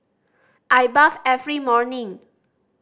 I bathe every morning